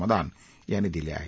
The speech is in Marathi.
मदान यांनी दिल्या आहेत